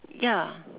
ya